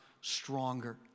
stronger